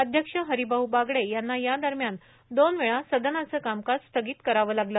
अध्यक्ष हरिभाऊ बागडे यांना या दरम्यान दोन वेळा सदनाचं कामकाज स्थगित करावं लागलं